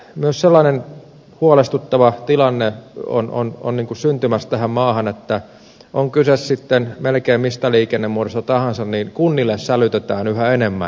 myös sellainen huolestuttava tilanne on syntymässä tähän maahan että on kyse sitten melkein mistä liikennemuodosta tahansa niin kunnille sälytetään yhä enemmän